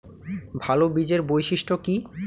ভাল বীজের বৈশিষ্ট্য কী?